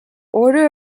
order